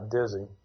dizzy